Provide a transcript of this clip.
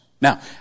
Now